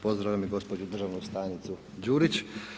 Pozdravljam i gospođu državnu tajnicu Đurić.